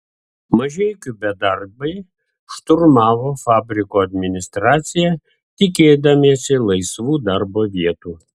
mažeikių bedarbiai šturmavo fabriko administraciją tikėdamiesi laisvų darbo vietų